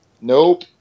Nope